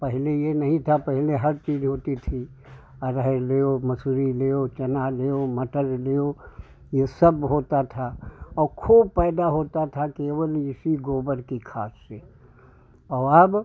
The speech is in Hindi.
पहले यह नहीं था पहले हर चीज़ होती थी अरहर लो मसूर लो चना लो मटर लो यह सब होता था और खूब पैदा होता था केवल इसी गोबर की खाद से और अब